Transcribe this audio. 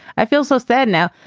i feel so sad now.